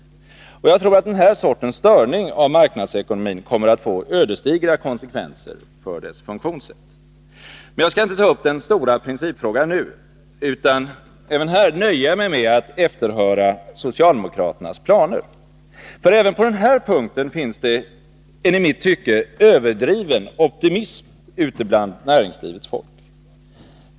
Jag tror att den sortens störning av marknadsekonomin skulle få ödesdigra konsekvenser för dess funktionssätt. Jag skall emellertid inte nu ta upp denna stora principfråga, utan även här nöja mig med att efterhöra socialdemokraternas planer. Även på den här punkten finns det nämligen en i mitt tycke överdriven optimism bland näringslivets folk.